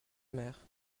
mère